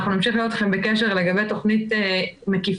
אנחנו נמשיך להיות איתכם בקשר לגבי תוכנית מקיפה